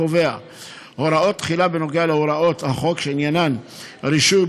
קובע הוראות תחילה בנוגע להוראות החוק שעניינן רישוי,